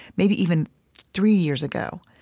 maybe even three years ago,